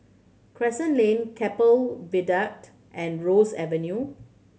Crescent Lane Keppel Viaduct and Ross Avenue